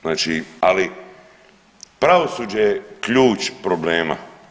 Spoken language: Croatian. Znači ali pravosuđe je ključ problema.